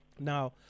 now